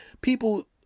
people